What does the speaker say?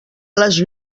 les